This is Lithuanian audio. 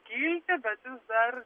kilti bet jis dar